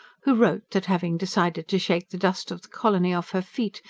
who wrote that, having decided to shake the dust of the colony off her feet,